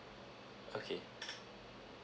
okay